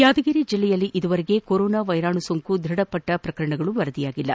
ಯಾದಗಿರಿ ಜಿಲ್ಲೆಯಲ್ಲಿ ಇದುವರೆಗೆ ಕೊರೊನಾ ವೈರಾಣು ಸೋಂಕು ದೃಢಪಟ್ಟ ಪ್ರಕರಣಗಳು ವರದಿಯಾಗಿಲ್ಲ